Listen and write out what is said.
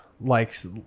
likes